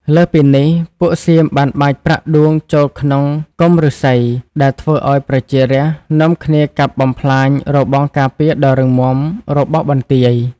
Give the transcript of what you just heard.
លើសពីនេះ ពួកសៀមបានបាចប្រាក់ដួងចូលក្នុងគុម្ពឫស្សី ដែលធ្វើឱ្យប្រជារាស្ត្រនាំគ្នាកាប់បំផ្លាញរបងការពារដ៏រឹងមាំរបស់បន្ទាយ។